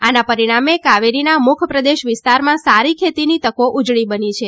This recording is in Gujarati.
આના પરિણામે કાવેરીના મુખપ્રદેશ વિસ્તારમાં સારા ખેતીની તકો ઉજળી બની છે